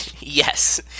Yes